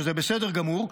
שזה בסדר גמור,